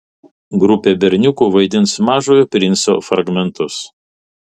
grupė berniukų vaidins mažojo princo fragmentus